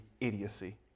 idiocy